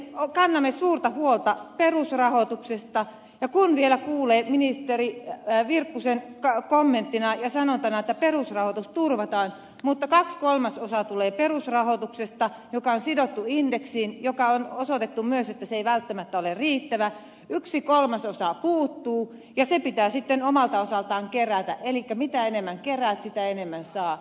me kannamme suurta huolta perusrahoituksesta varsinkin kun vielä kuulee ministeri virkkusen kommenttina ja sanontana että perusrahoitus turvataan mutta kaksi kolmasosaa tulee perusrahoituksesta joka on sidottu indeksiin josta on osoitettu myös että se ei välttämättä ole riittävä ja yksi kolmasosa puuttuu ja se pitää omalta osaltaan kerätä elikkä mitä enemmän keräät sitä enemmän saat